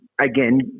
Again